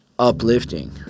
uplifting